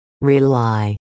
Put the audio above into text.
Rely